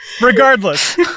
Regardless